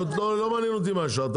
לא מעניין אותי מה השעה,